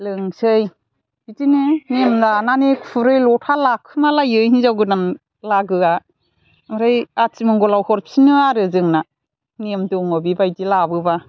लोंसै बिदिनो नियेम लानानै खुरै लथा लाखुमा लायो हिनजाव गोदान लागोआ ओमफ्राय आथिमंगलाव हरफिनो आरो जोंना नियेम दङ बेबायदि लाबोब्ला